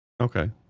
Okay